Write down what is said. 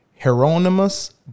Hieronymus